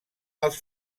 els